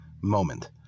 moment